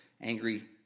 angry